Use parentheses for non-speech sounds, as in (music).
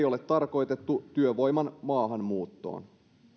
(unintelligible) ole tarkoitettu työvoiman maahanmuuttoon